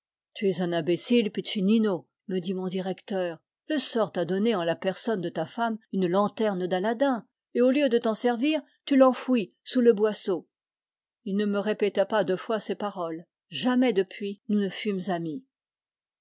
tu es un imbécile piccinino me dit mon directeur le sort t'a donné en la personne de ta femme une lanterne d'aladin et au lieu de t'en servir tu l'enfouis sous le boisseau il ne me répéta pas deux fois ces paroles jamais depuis nous ne fûmes